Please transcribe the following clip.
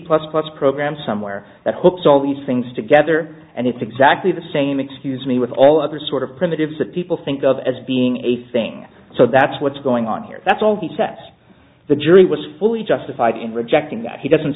plus plus program somewhere that hooks all these things to i gather and it's exactly the same excuse me with all other sort of primitive sick people think of as being a thing so that's what's going on here that's all he sets the jury was fully justified in rejecting that he doesn't